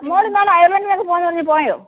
മോൾ ഇന്നാൾ അയർലണ്ടിലൊക്കെ പോകണം എന്ന് പറഞ്ഞു പോയോ